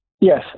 Yes